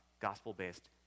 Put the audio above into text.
gospel-based